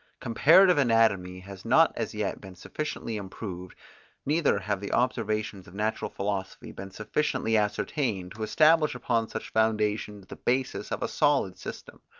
comparative anatomy has not as yet been sufficiently improved neither have the observations of natural philosophy been sufficiently ascertained, to establish upon such foundations the basis of a solid system.